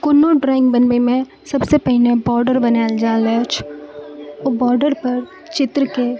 कोनो ड्रॉइंग बनबैमे सबसे पहिने बॉर्डर बनाएल जा रहल अछि ओ बॉर्डर पर चित्रके